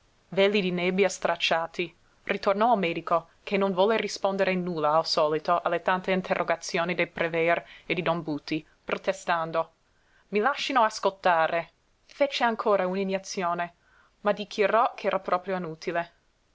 di nebbia stracciati ritornò il medico che non volle rispondere nulla al solito alle tante interrogazioni dei prever e di don buti protestando i lascino ascoltare fece ancora uniniezione ma dichiarò ch'era proprio inutile